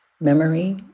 memory